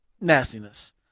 nastiness